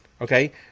okay